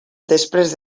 després